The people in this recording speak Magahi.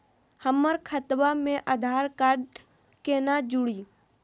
हमर खतवा मे आधार कार्ड केना जुड़ी?